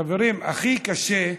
חברים, הכי קשה,